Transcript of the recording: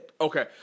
Okay